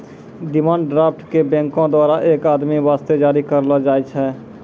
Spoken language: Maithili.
डिमांड ड्राफ्ट क बैंको द्वारा एक आदमी वास्ते जारी करलो जाय छै